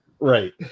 Right